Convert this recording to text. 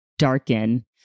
darken